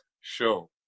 show